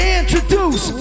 introduce